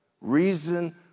reason